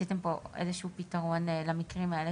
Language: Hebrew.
עשיתם פה איזשהו פתרון למקרים האלה